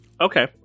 Okay